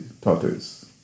tortoise